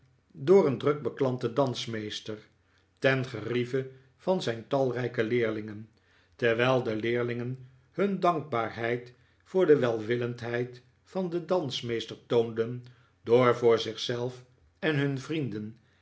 door een druk beklanten dansmeester ten gerieve van zijn talrijke leerlingen terwijl de leerlingen hun dankbaarheid voor de welwillendheid van den dansmeester toonden door voor zich zelf en hun vrienden